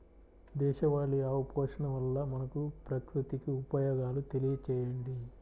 దేశవాళీ ఆవు పోషణ వల్ల మనకు, ప్రకృతికి ఉపయోగాలు తెలియచేయండి?